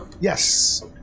yes